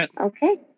Okay